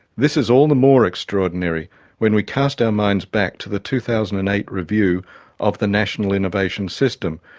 this is all the more extraordinary when we cast our minds back to the two thousand and eight review of the national innovation system,